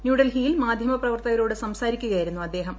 ന്യൂഡൽഹിയിൽ മാധ്യമപ്രവർത്തകരോട് സംസാരിക്കുകയായിരുന്നു അദ്ദേഹം